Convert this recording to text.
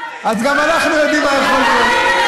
אז גם אנחנו יודעים מה יכול להיות.